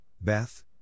Beth